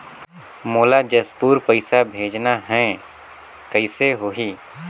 मोला जशपुर पइसा भेजना हैं, कइसे होही?